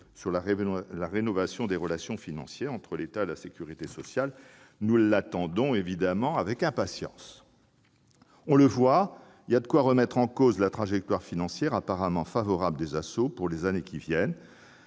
sur la rénovation des relations financières entre l'État et la sécurité sociale. Nous l'attendons évidemment avec impatience ... On le voit, il y a de quoi remettre en cause la trajectoire financière apparemment favorable des ASSO pour les années qui viennent.